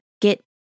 get